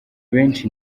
benshi